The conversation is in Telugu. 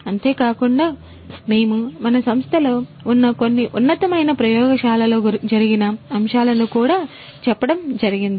అంతేకాకుండా మేము మన సంస్థలో ఉన్న కొన్ని ఉన్నతమైన ప్రయోగశాల లో జరిగిన అంశాలను కూడా చెప్పడం జరిగింది